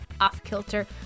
Off-Kilter